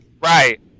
Right